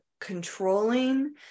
controlling